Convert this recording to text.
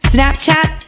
Snapchat